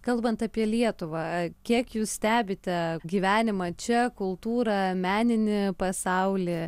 kalbant apie lietuvą kiek jūs stebite gyvenimą čia kultūrą meninį pasaulį